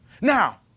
Now